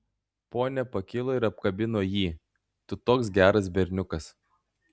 ponia pakilo ir apkabino jį tu toks geras berniukas